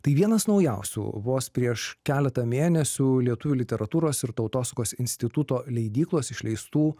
tai vienas naujausių vos prieš keletą mėnesių lietuvių literatūros ir tautosakos instituto leidyklos išleistų